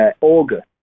August